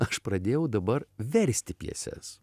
aš pradėjau dabar versti pjeses